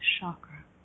chakra